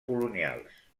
colonials